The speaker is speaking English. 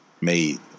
made